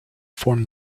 form